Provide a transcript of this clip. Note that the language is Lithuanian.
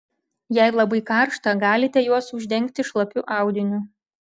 jei labai karšta galite juos uždengti šlapiu audiniu